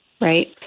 right